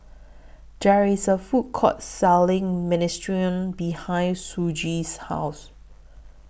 There IS A Food Court Selling Minestrone behind Shoji's House